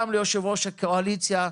גם ליושב-ראש הקואליציה,